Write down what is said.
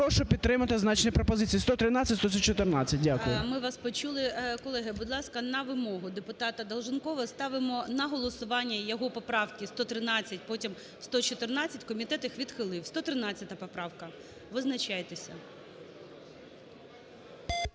Прошу підтримати зазначені пропозиції: 113 і 114. Дякую. ГОЛОВУЮЧИЙ. Ми вас почули. Колеги, будь ласка, на вимогу депутатаДолженкова ставимо на голосування його поправки 113, потім – 114. Комітет їх відхилив. 113 поправка. Визначайтеся.